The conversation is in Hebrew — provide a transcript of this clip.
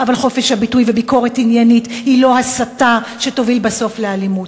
אבל חופש הביטוי וביקורת עניינית הם לא הסתה שתוביל בסוף לאלימות.